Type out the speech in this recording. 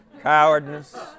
Cowardness